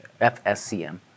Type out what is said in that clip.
FSCM